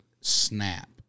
snap